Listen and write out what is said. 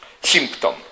symptom